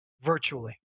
virtually